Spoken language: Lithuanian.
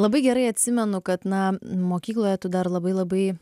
labai gerai atsimenu kad na mokykloje tu dar labai labai